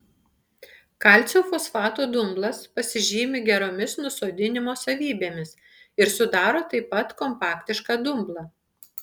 kalcio fosfato dumblas pasižymi geromis nusodinimo savybėmis ir sudaro taip pat kompaktišką dumblą